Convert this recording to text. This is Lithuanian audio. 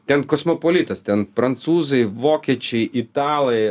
ten kosmopolitas ten prancūzai vokiečiai italai